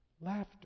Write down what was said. Laughter